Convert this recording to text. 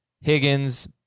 Higgins